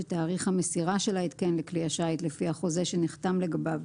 שתאריך המסירה של ההתקן לכלי השיט לפי החוזה שנחתם לגביו,